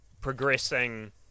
progressing